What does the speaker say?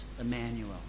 Emmanuel